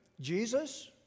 Jesus